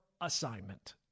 assignment